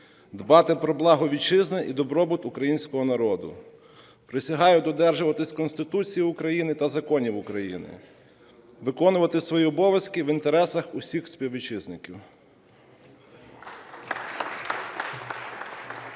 дбати про благо Вітчизни і добробут Українського народу. Присягаю додержуватися Конституції України та законів України, виконувати свої обов'язки в інтересах усіх співвітчизників.